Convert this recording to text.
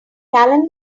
calendar